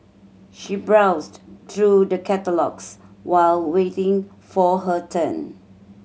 she browsed through the catalogues while waiting for her turn